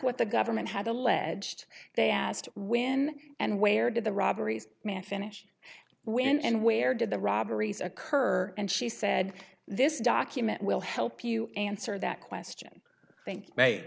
what the government had alleged they asked when and where did the robberies man finished when and where did the robberies occur and she said this document will help you answer that question thank